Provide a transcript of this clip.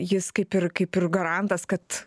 jis kaip ir kaip ir garantas kad